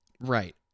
Right